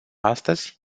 astăzi